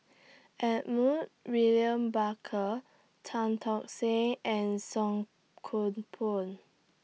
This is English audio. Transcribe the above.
Edmund William Barker Tan Tock Seng and Song Koon Poh